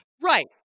right